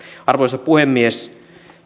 arvoisa puhemies